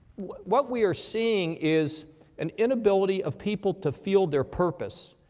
what we are seeing is an inability of people to feel their purpose.